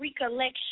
recollection